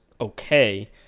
okay